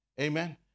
Amen